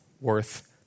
worth